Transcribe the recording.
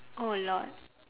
oh lord